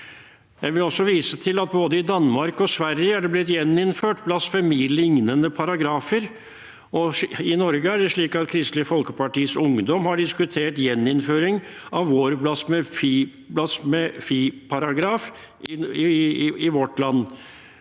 Jeg vil også vise til at det både i Danmark og Sverige er blitt gjeninnført blasfemilignende paragrafer. I Norge er det slik at Kristelig Folkepartis ungdom har diskutert gjeninnføring av vår blasfemiparagraf i vårt land.